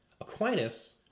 Aquinas